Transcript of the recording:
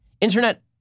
internet